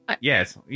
Yes